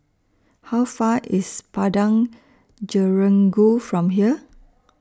How Far IS Padang Jeringau from here